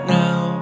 now